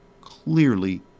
clearly